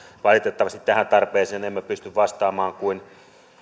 valitettavasti tähän tarpeeseen emme pysty vastaamaan kuin